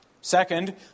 Second